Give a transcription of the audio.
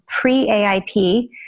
pre-AIP